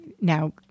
now